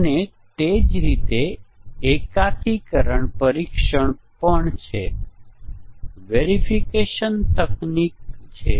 આપણે હમણાં જ કેટલીક ખૂબ જ મૂળભૂત ઈન્ટીગ્રેશન ટેસ્ટીંગ ટેકનીકો પર જોયું